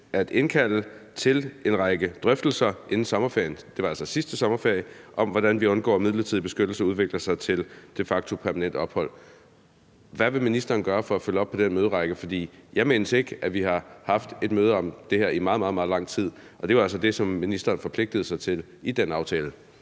at indkalde til en række drøftelser inden sommerferien, og det var altså sidste sommerferie, om, hvordan vi undgår, at midlertidig beskyttelse udvikler sig til de facto permanent ophold. Hvad vil ministeren gøre for at følge op på den møderække? For jeg mindes ikke, at vi har haft et møde om det her i meget, meget lang tid, og det var altså det, som ministeren forpligtede sig til i den aftale.